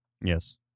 Yes